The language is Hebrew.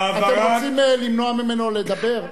אתם רוצים למנוע ממנו לדבר?